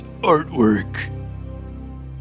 Artwork